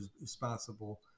responsible